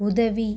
உதவி